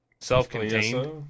self-contained